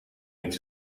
niet